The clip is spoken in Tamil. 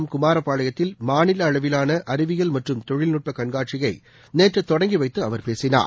சூமாரப்பாளையத்தில் மாநில அளவிலான அறிவியல் மற்றும் தொழில்நுட்ப கண்காட்சியை நேற்று தொடங்கி வைத்து அவர் பேசினார்